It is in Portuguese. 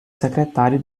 secretário